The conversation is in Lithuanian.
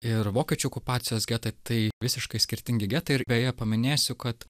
ir vokiečių okupacijos getą tai visiškai skirtingi getai ir beje paminėsiu kad